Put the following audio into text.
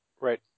Right